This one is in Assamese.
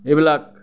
এইবিলাক